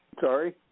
Sorry